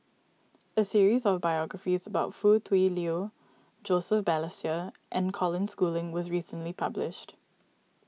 a series of biographies about Foo Tui Liew Joseph Balestier and Colin Schooling was recently published